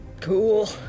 Cool